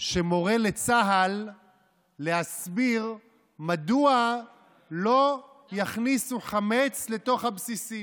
שמורה לצה"ל להסביר מדוע לא יכניסו חמץ לתוך הבסיסים,